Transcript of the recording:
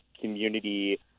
community